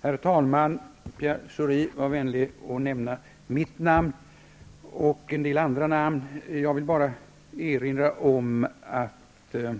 Herr talman! Pierre Schori var vänlig att nämna mitt namn och en del andra namn. Jag vill bara erinra om att också